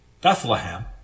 Bethlehem